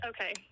Okay